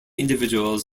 individuals